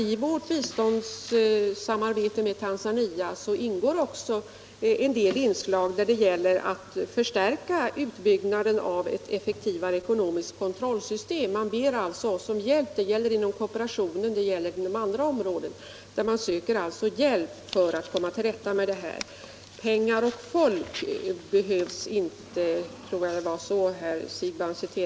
I vårt biståndssamarbete med Tanzania ingår också en del inslag som gäller att förstärka utbyggnaden av ett effektivare ekonomiskt kontrollsystem. Man ber alltså oss om hjälp — både inom kooperationen och inom andra områden — för att komma till rätta med problemen. Pengar och folk behövs inte — jag tror det var så herr Siegbahn sade.